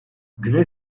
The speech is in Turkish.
güney